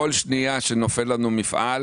בכל שנייה שנופל לנו חשמל,